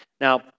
Now